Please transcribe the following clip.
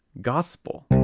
Gospel